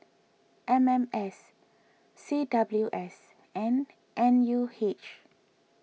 M M S C W S and N U H